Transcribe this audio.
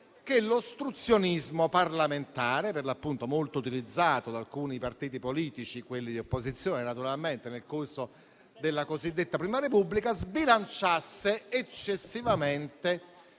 che l'ostruzionismo parlamentare, molto utilizzato da alcuni partiti politici di opposizione nel corso della cosiddetta Prima Repubblica, sbilanciasse eccessivamente